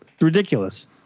Ridiculous